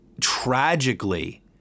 tragically